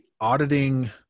auditing